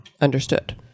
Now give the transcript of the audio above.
Understood